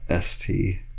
ST